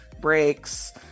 breaks